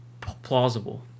plausible